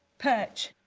perch.